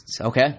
okay